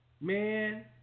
Man